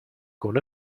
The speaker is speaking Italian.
con